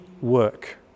work